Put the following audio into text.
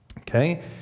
Okay